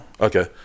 Okay